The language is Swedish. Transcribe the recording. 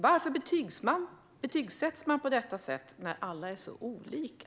Varför betygsätts man på detta sätt när alla är så olika?